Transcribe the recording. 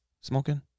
smoking